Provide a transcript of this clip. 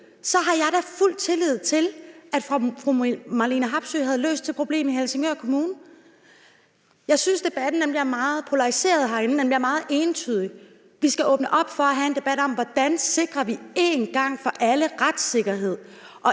så har jeg da fuld tillid til, at fru Marlene Harpsøe havde løst det problem i Helsingør Kommune. Jeg synes, debatten bliver meget polariseret herinde; den bliver meget ensidig. Vi skal åbne op for at have en debat om, hvordan vi en gang for alle sikrer